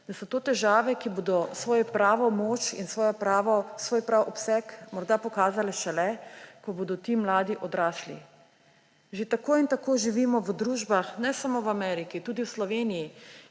da so to težave, ki bodo svojo pravo moč in svoj pravi obseg morda pokazale šele, ko bodo ti mladi odrasli. Že tako in tako živimo v družbah, ne samo v Ameriki, tudi v Sloveniji,